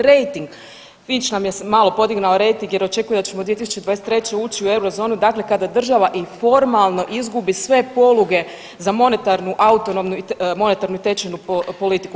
Rejting, Fitch nam je malo podignuo rejting jer očekuje da ćemo 2023. ući u eurozonu dakle, kada država i formalno izgubi sve poluge za monetarnu, autonomnu i monetarnu i tečajnu politiku.